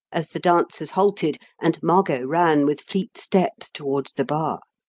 as the dancers halted and margot ran, with fleet steps, towards the bar.